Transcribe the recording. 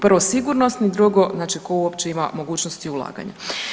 Prvo sigurnosni, drugo znači tko uopće ima mogućnosti ulaganja.